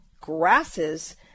grasses